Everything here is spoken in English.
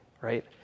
right